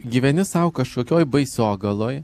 gyveni sau kažkokioj baisogaloj